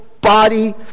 body